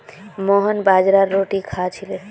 मोहन बाजरार रोटी खा छिले